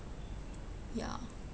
ya